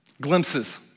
Glimpses